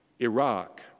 Iraq